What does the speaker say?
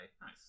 Nice